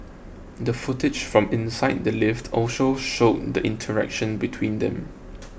the footage from inside the lift also showed the interaction between them